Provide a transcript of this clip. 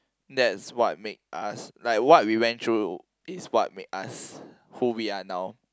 that's what made us like what we went through is what made us who we are now